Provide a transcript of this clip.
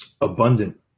abundant